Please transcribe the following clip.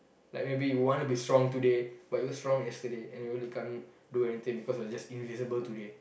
like maybe you wanna be strong today but you're strong yesterday and you really can't do anything because you're just invisible today